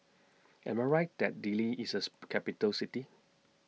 Am I Right that Dili IS as Capital City